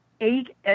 eight